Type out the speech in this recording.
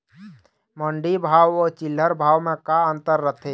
मंडी भाव अउ चिल्हर भाव म का अंतर रथे?